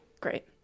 Great